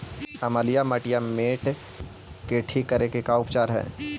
अमलिय मटियामेट के ठिक करे के का उपचार है?